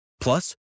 Plus